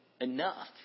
enough